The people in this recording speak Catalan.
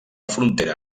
frontera